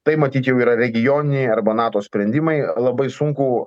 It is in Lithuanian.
tai matyt jau yra regioniniai arba nato sprendimai labai sunku